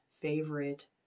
favorite